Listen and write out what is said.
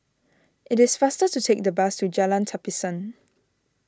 it is faster to take the bus to Jalan Tapisan